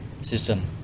system